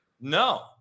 No